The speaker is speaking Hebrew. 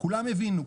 כולם הבינו,